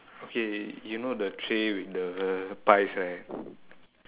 okay you know the tray with the pies right